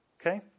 Okay